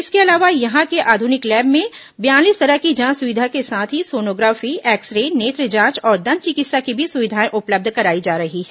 इसके अलावा यहां के आध्निक लैब में बयालीस तरह की जांच सुविधा के साथ ही सोनोग्राफी एक्स रे नेत्र जांच और दंत चिकित्सा की भी सुविधाएं उपलब्ध कराई जा रही हैं